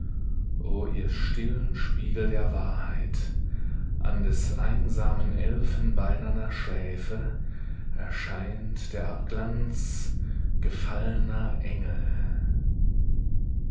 ihr stillen spiegel der wahrheit an des einsamen elfenbeinerner schläfe erscheint der abglanz gefallener engel